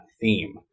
theme